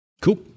Cool